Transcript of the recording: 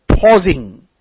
pausing